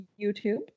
YouTube